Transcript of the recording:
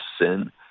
sin